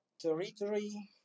territory